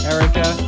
Erica